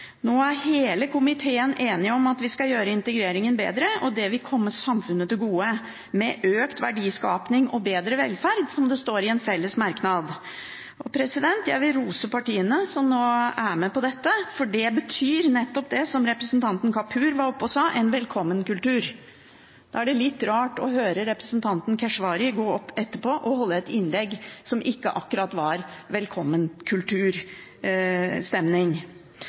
Nå er hele komiteen enig om at vi skal gjøre integreringen bedre, og det vil komme samfunnet til gode, med økt verdiskaping og bedre velferd, som det står i en felles merknad. Jeg vil rose partiene som nå er med på dette, for det betyr nettopp det som representanten Kapur var oppe og sa: en velkommen-kultur. Da er det litt rart å høre representanten Keshvari gå opp etterpå og holde et innlegg som ikke akkurat var